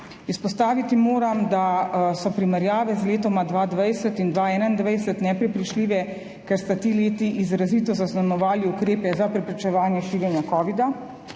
Izpostaviti moram, da so primerjave z letoma 2020 in 2021 neprepričljive, ker so ti leti izrazito zaznamovali ukrepi za preprečevanje širjenja covida-19